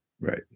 Right